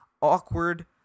awkward